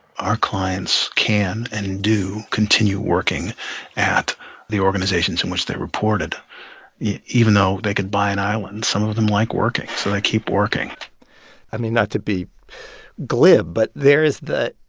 our clients can and do continue working at the organizations in which they reported even though they could buy an island. some of them like working, so they keep working i mean, not to be glib, but there is the,